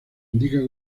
indica